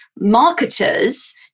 marketers